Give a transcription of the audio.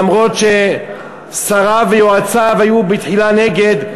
אף-על-פי ששריו ויועציו היו בתחילה נגד,